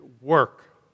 work